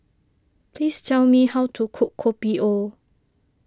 please tell me how to cook Kopi O